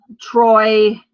Troy